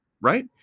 right